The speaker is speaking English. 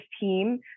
team